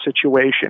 situation